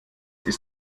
ist